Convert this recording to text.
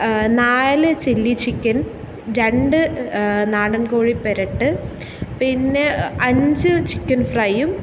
നാല് chilli chicken രണ്ട് നാടൻ കോഴി പെരട്ട് പിന്നെ അഞ്ച് ചിക്കൻ ഫ്രൈയ്യും